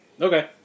Okay